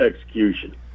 execution